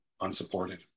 unsupported